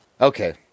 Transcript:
Okay